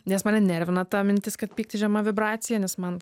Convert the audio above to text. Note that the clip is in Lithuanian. nes mane nervina ta mintis kad pyktis žema vibracija nes man